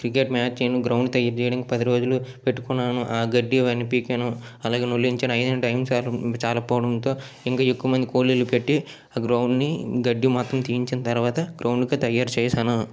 cricket match ground తయారు చేయడానికి పది రోజులు పెట్టుకున్నాను ఆ గడ్డి ఇవన్నీ పీకాను అలాగే ములించిన అయినా టైం చాలు చాలకపోవడంతో ఇంకా ఎక్కువ మంది కూలీలు పెట్టి ఆ గ్రౌండ్ని గడ్డి మొత్తం తీయించిన తర్వాత గ్రౌండ్కి తయారు చేశాను